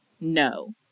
No